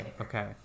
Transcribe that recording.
okay